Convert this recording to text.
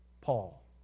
Paul